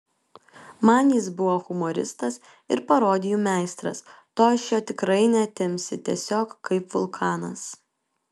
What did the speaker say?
man jis buvo humoristas ir parodijų meistras to iš jo tikrai neatimsi tiesiog kaip vulkanas